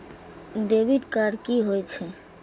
Debit card की होय छेय?